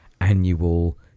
annual